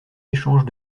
échanges